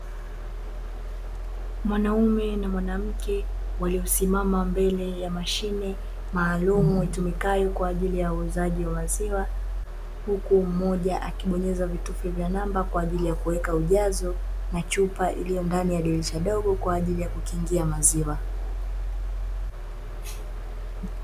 Mwanaume na mwanamke waliosimama mbele ya mashine maalumu, itumikayo kwa ajili ya uuzaji maziwa. Huku mmoja akibonyeza vitufe vya namba kwa ajili ya kuweka ujazo, na chupa iliyo ndani ya dirisha dogo kwa ajili ya kukingia maziwa.